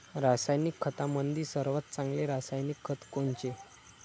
रासायनिक खतामंदी सर्वात चांगले रासायनिक खत कोनचे?